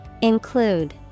include